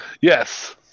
yes